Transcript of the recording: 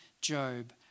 Job